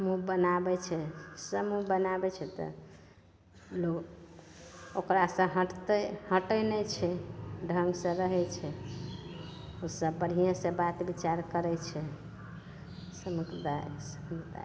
ओ बनाबै छै समूह बनाबै छै तऽ लोक ओकरासे हटतै हटै नहि छै ढङ्गसे रहै छै ओसभ बढ़िएँसे बात विचार करै छै